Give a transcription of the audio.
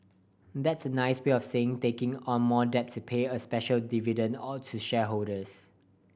that's a nice way of saying taking on more debt to pay a special dividend all to shareholders